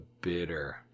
bitter